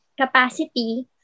capacity